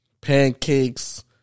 pancakes